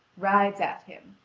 rides at him.